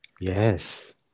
Yes